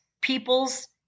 people's